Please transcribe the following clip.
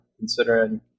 Considering